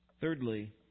Thirdly